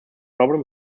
problem